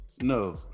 No